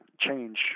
change